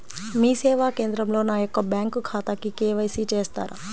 మీ సేవా కేంద్రంలో నా యొక్క బ్యాంకు ఖాతాకి కే.వై.సి చేస్తారా?